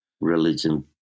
religion